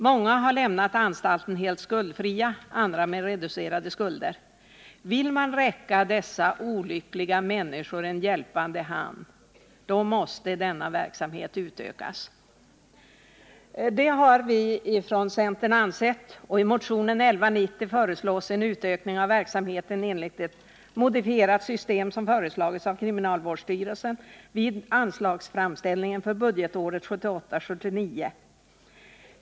Många har lämnat anstalten helt skuldfria, andra med reducerade skulder. Vill man räcka dessa olyckliga människor en hjälpande hand, då måste denna verksamhet utökas. Det har vi från centern ansett, och i motionen 1190 föreslås en utökning av verksamheten enligt ett modifierat system som föreslagits av kriminalvårdsstyrelsen vid anslagsframställningen för budgetåret 1978/79.